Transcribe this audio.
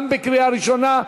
גם כן קריאה ראשונה.